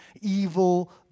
evil